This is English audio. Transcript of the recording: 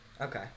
Okay